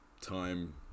time